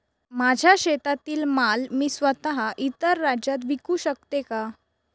माझ्या शेतातील माल मी स्वत: इतर राज्यात विकू शकते का?